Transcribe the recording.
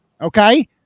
Okay